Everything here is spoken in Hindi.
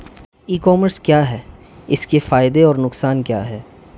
ई कॉमर्स क्या है इसके फायदे और नुकसान क्या है?